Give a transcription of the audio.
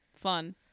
fun